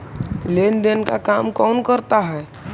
लेन देन का काम कौन करता है?